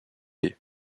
est